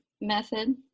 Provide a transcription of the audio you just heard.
method